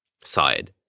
side